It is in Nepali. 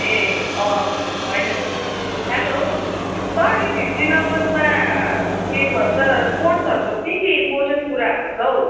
ए होइन हेलो सर यो फिप्टिन अगस्तमा के भन्छ स्पोर्ट्सहरूको के के इम्पोर्टेन्ट कुराहरू छ हौ